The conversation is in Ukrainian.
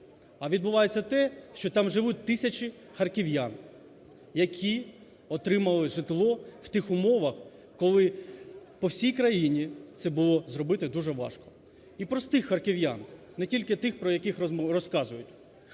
А відбувається те, що там живуть тисячі харків'ян, які отримали житло в тих умовах, коли по всій країні це було зробити дуже важко. І простих харків'ян, не тільки тих, про яких розказують.